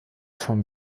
form